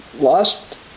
lost